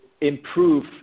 improve